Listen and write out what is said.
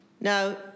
Now